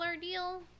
deal